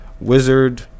wizard